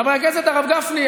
חבר הכנסת הרב גפני,